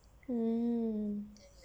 mm